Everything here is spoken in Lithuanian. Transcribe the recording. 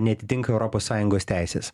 neatitinka europos sąjungos teisės